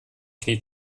knie